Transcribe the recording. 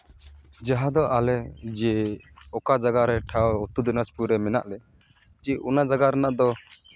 ᱡᱟᱦᱟᱸ ᱫᱚ ᱟᱞᱮ ᱡᱮ ᱚᱠᱟ ᱡᱟᱭᱜᱟ ᱨᱮ ᱴᱷᱟᱶ ᱩᱛᱛᱚᱨ ᱫᱤᱱᱟᱡᱽᱯᱩᱨ ᱨᱮ ᱢᱮᱱᱟᱜ ᱞᱮ ᱡᱮ ᱚᱱᱟ ᱡᱟᱭᱜᱟ ᱨᱮᱱᱟᱜ ᱫᱚ